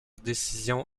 décision